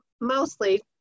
mostly